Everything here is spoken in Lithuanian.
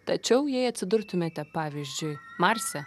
tačiau jei atsidurtumėte pavyzdžiui marse